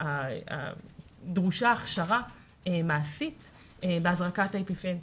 דרושה הכשרה מעשית בהזרקת אפיפן,